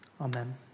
Amen